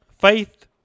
faith